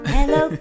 Hello